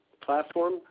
platform